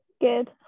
Good